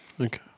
Okay